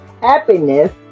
happiness